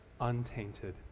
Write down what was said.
untainted